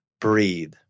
breathe